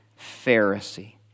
Pharisee